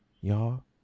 y'all